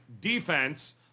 defense